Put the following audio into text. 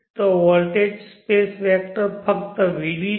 ત્યાં voltage space vector ફક્ત vd છે